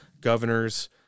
governors